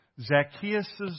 Zacchaeus